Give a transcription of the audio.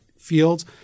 fields